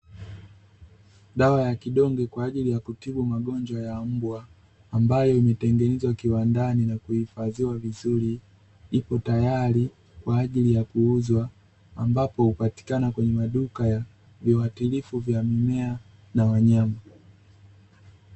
Dawa ya kidonge kwa ajili ya kutibu magonjwa ya mbwa, ambayo imetengenezwa kiwandani na kuhifadhiwa vizuri, ipo tayari kwa ajili ya kuuzwa, ambapo hupatikana kwenye maduka ya viuatilifu vya mimea na wanyama.